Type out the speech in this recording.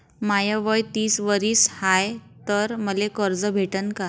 माय वय तीस वरीस हाय तर मले कर्ज भेटन का?